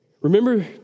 Remember